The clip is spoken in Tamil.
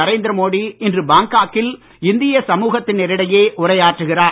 நரேந்திரமோடி இன்று பாங்காக்கில் இந்திய சமூகத்தினர் இடையே உரையாற்றுகிறார்